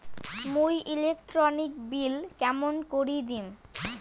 মুই electric bill কেমন করি দিম?